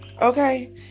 okay